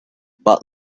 but